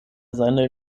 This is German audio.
seine